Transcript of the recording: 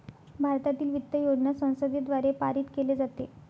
भारतातील वित्त योजना संसदेद्वारे पारित केली जाते